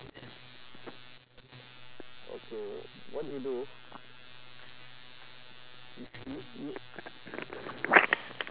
okay what you do y~ y~ y~